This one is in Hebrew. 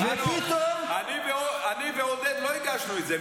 אני ועודד לא הגשנו את זה.